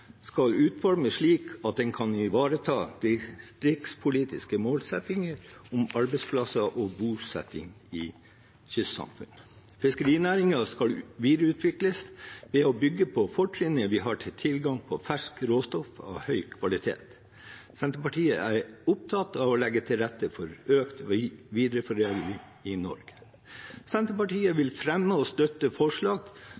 skal utformes slik at den kan ivareta de rikspolitiske målsettingene om arbeidsplasser og bosetting i kystsamfunnene. Fiskerinæringen skal videreutvikles ved å bygge på fortrinnene vi har med tilgang på ferskt råstoff av høy kvalitet. Senterpartiet er opptatt av å legge til rette for økt videreforedling i Norge. Senterpartiet